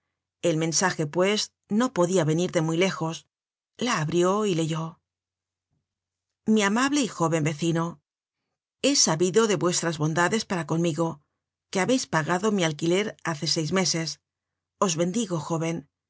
el mensaje pues no podia venir de muy lejos la abrió y leyó mi amable y jóven vecino he sabido vuestras bondades para conmigo que habeis pagado mi alquiler hace seis meses os bendigo jóven